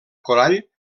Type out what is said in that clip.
corall